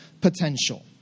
potential